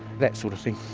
that sort of thing.